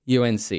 UNC